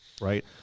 right